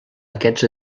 aquests